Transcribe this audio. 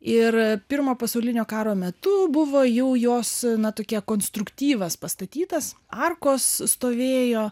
ir pirmo pasaulinio karo metu buvo jau jos na tokia konstruktyvas pastatytas arkos stovėjo